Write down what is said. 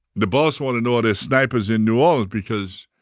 the boss want to know are there snipers in new orleans, because